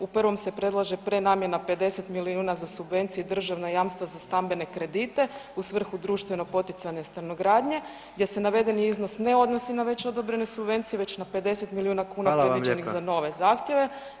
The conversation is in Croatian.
U prvom se predlaže prenamjena 50 milijuna za subvencije i državna jamstva za stambene kredite u svrhu društveno poticajne stanogradnje gdje se navedeni iznos ne odnosi na već odobrene subvencije već na 50 milijuna kuna predviđenih za nove zahtjeve.